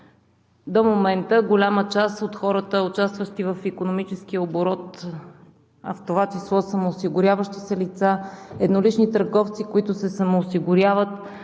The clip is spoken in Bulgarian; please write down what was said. до момента голяма част от хората, участващи в икономическия оборот, а в това число самоосигуряващи се лица, еднолични търговци, които се самоосигуряват,